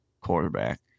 quarterback